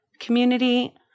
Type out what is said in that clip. community